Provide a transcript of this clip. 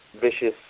vicious